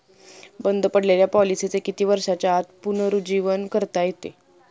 बंद पडलेल्या पॉलिसीचे किती वर्षांच्या आत पुनरुज्जीवन करता येते?